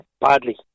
badly